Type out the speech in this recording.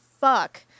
fuck